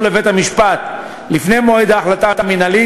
לבית-המשפט לפני מועד ההחלטה המינהלית,